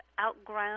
outgrown